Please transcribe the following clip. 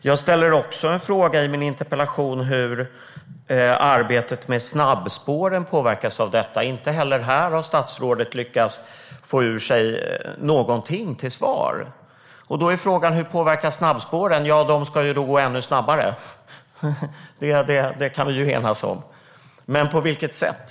Jag ställer också en fråga i min interpellation om hur arbetet med snabbspåren påverkas. Inte heller här har statsrådet lyckats få ur sig något svar. Hur påverkar snabbspåren? Ja, de ska gå ännu snabbare. Det kan vi enas om. Men på vilket sätt?